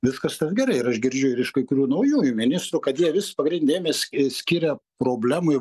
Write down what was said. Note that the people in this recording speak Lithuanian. viskas gerai ir aš girdžiu ir iš kai kurių naujųjų ministrų kad jie vis pagrin dėmesį skiria problemai